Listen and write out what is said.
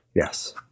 Yes